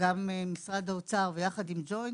משרד האוצר וביחד עם הג׳וינט,